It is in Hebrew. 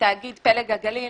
בתאגיד פלג הגליל,